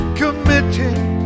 committing